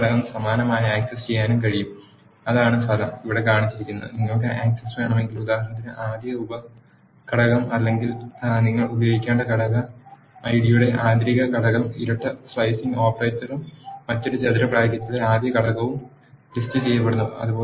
രണ്ടാമത്തെ ഘടകം സമാനമായി ആക്സസ് ചെയ്യാനും കഴിയും അതാണ് ഫലം ഇവിടെ കാണിച്ചിരിക്കുന്നത് നിങ്ങൾക്ക് ആക്സസ് വേണമെങ്കിൽ ഉദാഹരണത്തിന് ആദ്യ ഉപ ഘടകം അല്ലെങ്കിൽ നിങ്ങൾ ഉപയോഗിക്കേണ്ട ഘടക ഐഡിയുടെ ആന്തരിക ഘടകം ഇരട്ട സ്ലൈസിംഗ് ഓപ്പറേറ്ററും മറ്റൊരു ചതുര ബ്രാക്കറ്റിലെ ആദ്യ ഘടകവും ലിസ്റ്റ് പ്പെടുത്തുന്നു